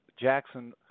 Jackson